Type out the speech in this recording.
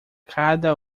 cada